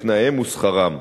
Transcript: תנאיהם ושכרם.